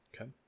okay